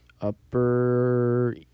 upper